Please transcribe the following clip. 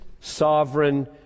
sovereign